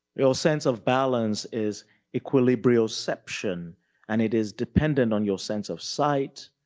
your sense of balance is equilibrioception and it is dependent on your sense of sight,